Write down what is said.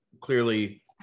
clearly